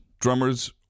Drummers